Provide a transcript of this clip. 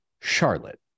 Charlotte